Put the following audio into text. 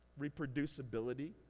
reproducibility